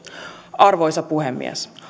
arvoisa puhemies